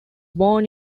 born